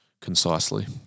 concisely